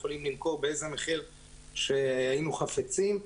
היינו יכולים למכור באיזה מחיר שהיינו חפצים בו,